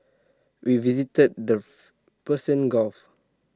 we visited their Persian gulf